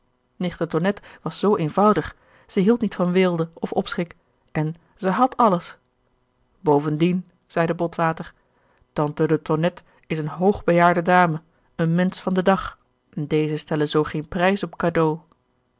tonnette was zoo eenvoudig zij hield niet van weelde of opschik en zij had alles bovendien zeide botwater tante de tonnette is eene hoogbejaarde dame een mensch van den dag en deze stellen zoo geen prijs op cadeaux